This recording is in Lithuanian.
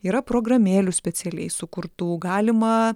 yra programėlių specialiai sukurtų galima